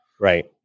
Right